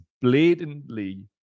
blatantly